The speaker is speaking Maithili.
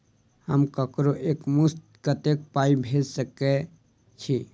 हम ककरो एक मुस्त कत्तेक पाई भेजि सकय छी?